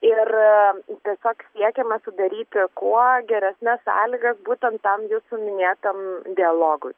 ir tiesiog siekėme sudaryti kuo geresnes sąlygas būtent tam jūsų minėtam dialogui